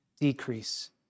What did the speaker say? decrease